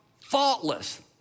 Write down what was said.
faultless